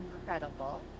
incredible